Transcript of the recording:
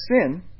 sin